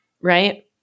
right